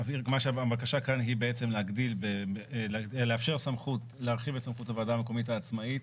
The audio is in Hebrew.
הבקשה כאן היא בעצם לאפשר את סמכות הוועדה המקומית העצמאית